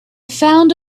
found